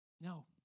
No